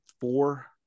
four